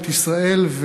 את ישראל,